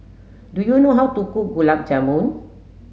do you know how to cook Gulab Jamun